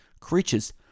creatures